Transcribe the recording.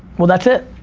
well that's it.